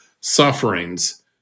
sufferings